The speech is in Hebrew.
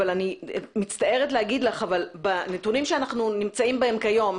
אבל אני מצטערת לומר לך שבנתונים שבהם אנחנו נמצאים היום,